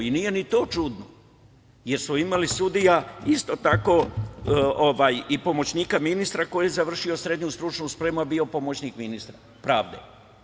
I nije ni to čudno, jer je bilo sudija i pomoćnika ministra koji je završio srednju stručnu spremu, a bio pomoćnik ministra pravde.